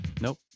Nope